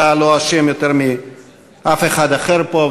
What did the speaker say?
אתה לא אשם יותר מאף אחד אחר פה,